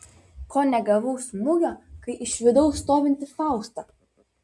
ko negavau smūgio kai išvydau stovintį faustą